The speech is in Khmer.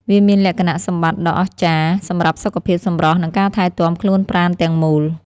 វាមានលក្ខណៈសម្បត្តិដ៏អស្ចារ្យសម្រាប់សុខភាព សម្រស់ និងការថែទាំខ្លួនប្រាណទាំងមូល។